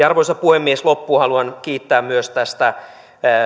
arvoisa puhemies loppuun haluan kiittää myös tästä